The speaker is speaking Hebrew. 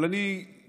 אבל אני רוצה,